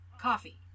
coffee